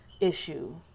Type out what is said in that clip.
issue